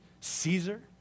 Caesar